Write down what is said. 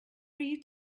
you